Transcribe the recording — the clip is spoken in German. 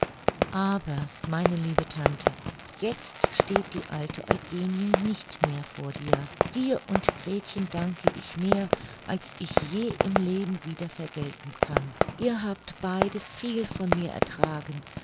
aber meine liebe tante jetzt steht die alte eugenie nicht mehr vor dir dir und gretchen danke ich mehr als ich je im leben wieder vergelten kann ihr habt beide viel von mir ertragen